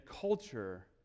culture